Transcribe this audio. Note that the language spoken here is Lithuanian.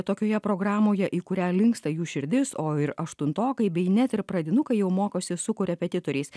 tokioje programoje į kurią linksta jų širdis o ir aštuntokai bei net ir pradinukai jau mokosi su korepetitoriais